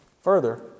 Further